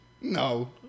No